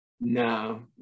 No